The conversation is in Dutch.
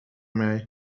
mij